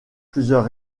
plusieurs